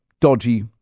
dodgy